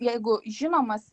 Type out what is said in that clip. jeigu žinomas